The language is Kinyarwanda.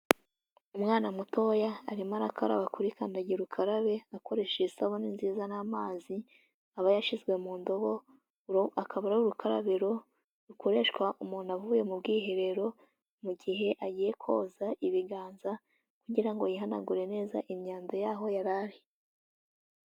Umwana mutoya arimo arakaraba kuri kandagira ukarabe, akoresheje isabune nziza n'amazi, aba yashyizwe mu ndobo, akaba ari urukarabiro rukoreshwa umuntu avuye mu bwiherero mu gihe agiye koza ibiganza, kugira ngo yihanagure neza imyanda yaho yara ari.